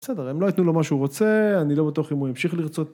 בסדר אם לא יתנו לו מה שהוא רוצה אני לא בטוח אם הוא ימשיך לרצות